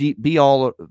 be-all